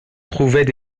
trouvaient